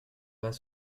bas